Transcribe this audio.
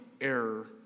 error